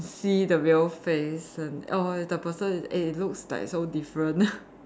see the real face and oh the person it looks like so different